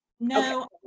no